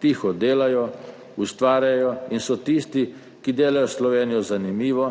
Tiho delajo, ustvarjajo in so tisti, ki delajo Slovenijo zanimivo,